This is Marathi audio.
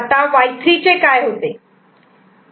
आता Y3 चे काय होते